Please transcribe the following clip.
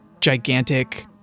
gigantic